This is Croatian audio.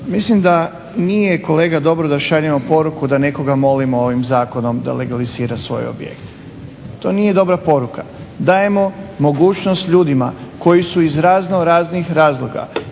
Mislim da nije kolega dobro da šaljemo poruku da nekoga molimo ovim zakonom da legalizira svoje objekte. To nije dobra poruka. Dajemo mogućnost ljudima koji su iz raznoraznih razloga